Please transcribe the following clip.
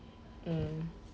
mm